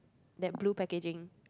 that blue packaging